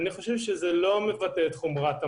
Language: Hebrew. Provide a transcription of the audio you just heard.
אבל אני חושב שזה לא מבטא את חומרת המצב.